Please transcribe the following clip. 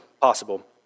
possible